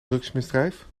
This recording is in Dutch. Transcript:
drugsmisdrijf